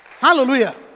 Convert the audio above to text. Hallelujah